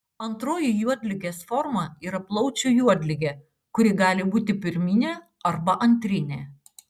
antroji juodligės forma yra plaučių juodligė kuri gali būti pirminė arba antrinė